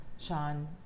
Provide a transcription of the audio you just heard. Sean